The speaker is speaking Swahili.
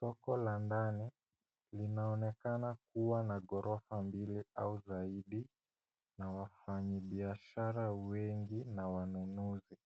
Soko la ndani inaonekana kuwa na ghorofa mbili au zaidi na wafanyibiashara wengi na wanunuzi.